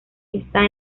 está